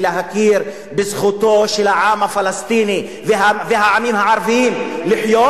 ולהכיר בזכותו של העם הפלסטיני והעמים הערביים לחיות,